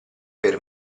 per